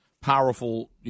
powerful